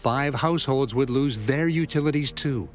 five households would lose their utilities to